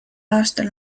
aastal